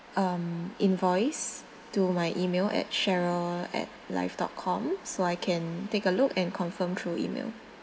um invoice to my email at cheryl at live dot com so I can take a look and confirmed through email